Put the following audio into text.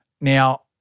Now